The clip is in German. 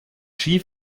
ski